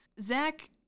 Zach